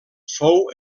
fou